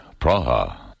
Praha